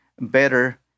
better